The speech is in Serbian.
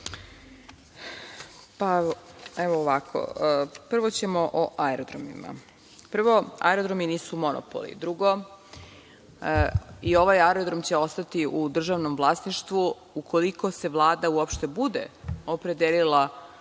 Mihajlović** Prvo ćemo o aerodromima. Prvo, aerodromi nisu monopoli. Drugo, i ovaj aerodrom će ostati u državnom vlasništvu. Ukoliko se Vlada uopšte bude opredelila